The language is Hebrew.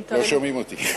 לא שומעים אותך.